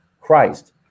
Christ